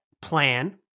plan